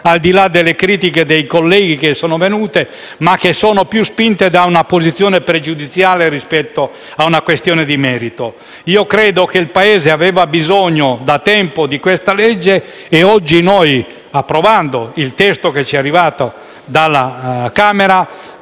al di là delle critiche che sono state mosse, più spinte da una posizione pregiudiziale che da una questione di merito. Credo che il Paese avesse bisogno da tempo di questa legge e oggi noi, approvando il testo che ci è arrivato dalla Camera,